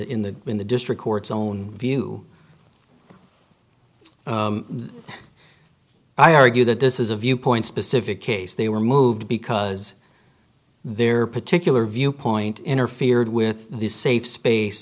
in the in the district court's own view i argue that this is a viewpoint specific case they were moved because their particular viewpoint interfered with the safe space